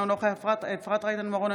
אינו נוכח אפרת רייטן מרום,